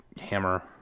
hammer